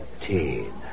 Eighteen